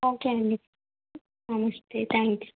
okay అండి నమస్తే thank you